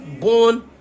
born